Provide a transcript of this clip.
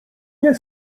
nie